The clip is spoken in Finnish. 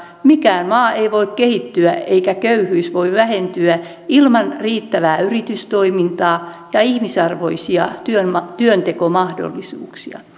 mikään maa ei voi kehittyä eikä köyhyys voi vähentyä ilman riittävää yritystoimintaa ja ihmisarvoisia työntekomahdollisuuksia